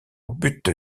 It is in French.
but